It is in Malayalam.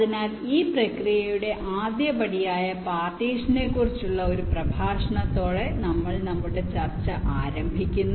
അതിനാൽ ഈ പ്രക്രിയയുടെ ആദ്യപടിയായ പാർട്ടീഷനെക്കുറിച്ചുള്ള ഒരു പ്രഭാഷണത്തോടെ നമ്മൾ നമ്മുടെ ചർച്ച ആരംഭിക്കുന്നു